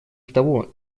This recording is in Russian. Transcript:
того